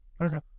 Okay